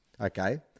Okay